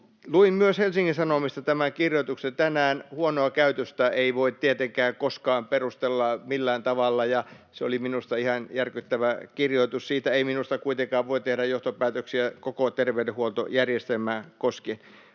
Luin myös Helsingin Sanomista tämän kirjoituksen tänään. Huonoa käytöstä ei voi tietenkään koskaan perustella millään tavalla, ja se oli minusta ihan järkyttävä kirjoitus. Siitä ei minusta kuitenkaan voi tehdä johtopäätöksiä koko terveydenhuoltojärjestelmää koskien.